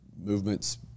movement's